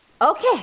Okay